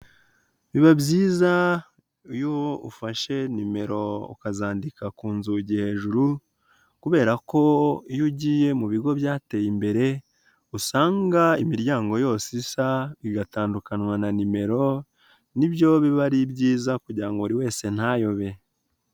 Biba byiza iyo ufashe nimero ukazandika ku nzugi hejuru kubera ko iyo ugiye mu bigo byateye imbere usanga imiryango yose isa igatandukanywa na nimero nibyo biba ari byiza kugira ngo buri wese ntayobe.